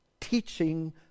teaching